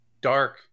dark